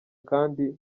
kandi